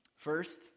First